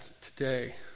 today